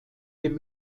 dem